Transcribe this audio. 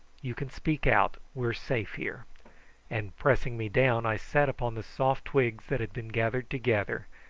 you can speak out, we are safe here and pressing me down i sat upon the soft twigs that had been gathered together,